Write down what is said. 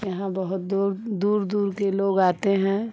यहाँ बहुत दूर दूर दूर के लोग आते हैं